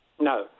No